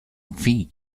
fee